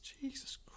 Jesus